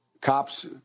Cops